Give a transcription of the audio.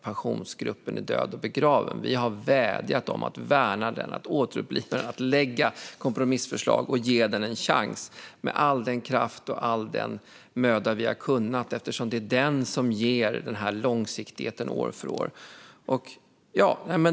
Vi har med all den kraft och möda som vi har kunnat vädjat om att värna den, återuppliva den, lägga kompromissförslag och ge den en chans eftersom det är den som ger den här långsiktigheten år för år.